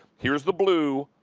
here is the blue,